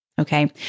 Okay